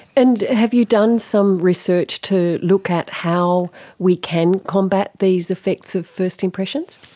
and have you done some research to look at how we can combat these effects of first impressions?